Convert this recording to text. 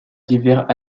divers